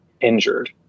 injured